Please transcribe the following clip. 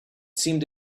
seemed